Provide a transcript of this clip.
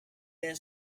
their